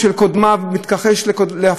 מתכחש להבטחות שלו.